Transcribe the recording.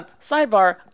Sidebar